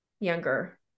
younger